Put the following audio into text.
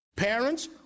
Parents